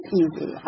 easy